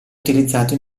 utilizzato